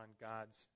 God's